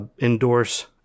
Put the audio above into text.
endorse